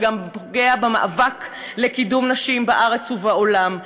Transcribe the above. זה גם פוגע במאבק לקידום נשים בארץ ובעולם.